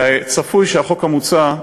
צפוי שהחוק המוצע,